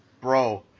Bro